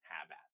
Habit